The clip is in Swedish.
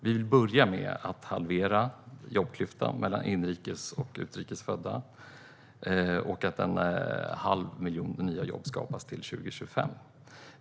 Vi vill börja med att halvera jobbklyftan mellan inrikes och utrikes födda och att en halv miljon nya jobb skapas till 2025.